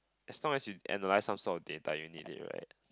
as long as you analyse some sort of data you need it right